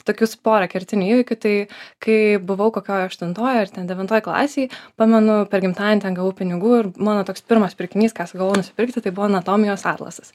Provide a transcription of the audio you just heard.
tokius porą kertinių įvykių tai kai buvau kokioj aštuntoj devintoj klasėj pamenu per gimtadienį ten gavau pinigų ir mano toks pirmas pirkinys ką sugalvojau nusipirkti tai buvo anatomijos atlasas